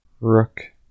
Rook